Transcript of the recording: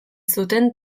zuten